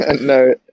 No